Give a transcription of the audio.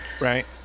right